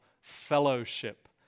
fellowship